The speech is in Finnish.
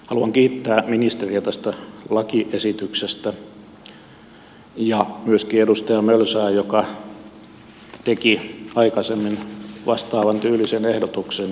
haluan kiittää ministeriä tästä lakiesityksestä ja myöskin edustaja mölsää joka teki aikaisemmin vastaavantyylisen ehdotuksen